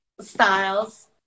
styles